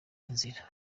nzira